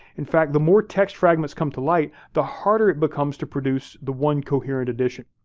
in fact, the more text fragments come to light, the harder it becomes to produce the one coherent edition.